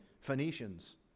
Phoenicians